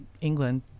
England